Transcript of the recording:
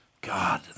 God